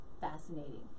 fascinating